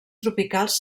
tropicals